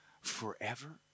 forever